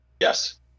Yes